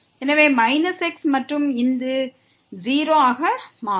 எனவே minus x மற்றும் இது 0 ஆக மாறும்